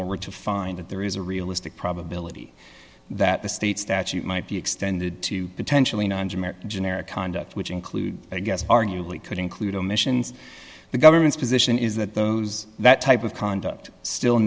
or to find that there is a realistic probability that the state statute might be extended to potentially generic conduct which include i guess arguably could include omissions the government's position is that those that type of conduct still